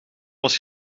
was